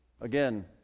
again